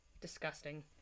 disgusting